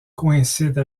coïncide